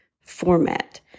format